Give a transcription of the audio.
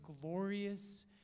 glorious